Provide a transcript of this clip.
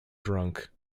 drunk